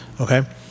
Okay